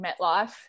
MetLife